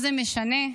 זה משנה?